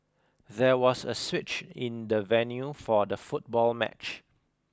there was a switch in the venue for the football match